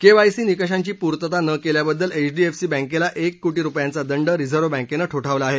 KYC निकषांची पूर्तता न केल्याबद्दल एचडीएफसी बँकेला एक कोटी रुपयाचा दंड रिझर्व्ह बँकेनं ठोठावला आहे